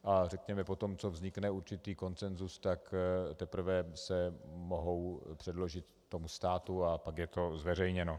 A řekněme potom co vznikne určitý konsensus, teprve se mohou předložit tomu státu a pak je to zveřejněno.